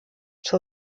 zur